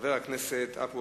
חבר הכנסת עפו